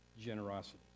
Generosity